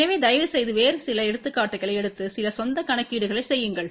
எனவே தயவுசெய்து வேறு சில எடுத்துக்காட்டுகளை எடுத்து சில சொந்த கணக்கீடுகளை செய்யுங்கள்